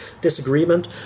disagreement